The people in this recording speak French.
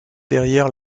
derrière